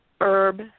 herb